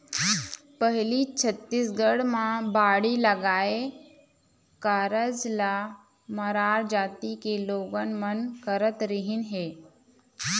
पहिली छत्तीसगढ़ म बाड़ी लगाए कारज ल मरार जाति के लोगन मन करत रिहिन हे